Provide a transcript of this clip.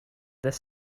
this